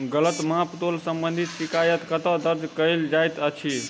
गलत माप तोल संबंधी शिकायत कतह दर्ज कैल जाइत अछि?